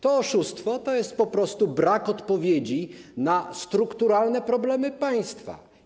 To oszustwo to jest po prostu brak odpowiedzi na strukturalne problemy państwa.